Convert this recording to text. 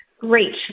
Great